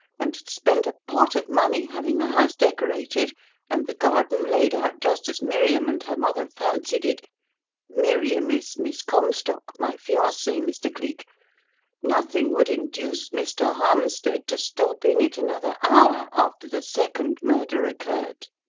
and had spent a pot of money having the house decorated and the garden laid out just as miriam and her mother fancied it miriam is miss comstock, my fiancee, mr. cleek nothing would induce mr. harmstead to stop in it another hour after the second murder occurred.